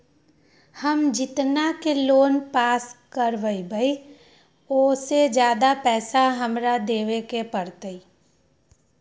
हम जितना के लोन पास कर बाबई ओ से ज्यादा पैसा हमरा देवे के पड़तई?